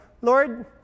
lord